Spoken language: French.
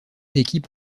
équipes